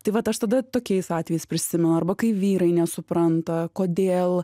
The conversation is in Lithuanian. tai vat aš tada tokiais atvejais prisimenu arba kai vyrai nesupranta kodėl